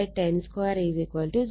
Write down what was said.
25 10 2 0